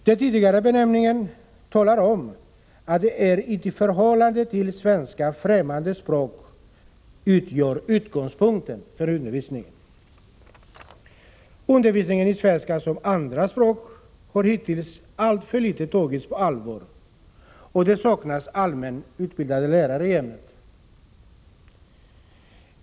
Den tidigare benämningen talar om att ett i förhållande till svenska främmande språk utgör utgångspunkt för undervisningen. Undervisningen i svenska som andra språk har hittills alltför litet tagits på 29 allvar, och det saknas allmänt utbildade lärare i ämnet.